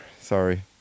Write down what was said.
Sorry